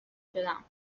شدم